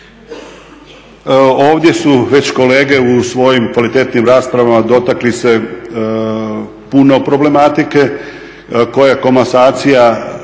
Ovdje su već kolege u svojim kvalitetnim raspravama dotakli se puno problematike koje komasacija